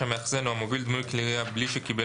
המאחסן או המוביל דמוי כלי ירייה בלי שקיבל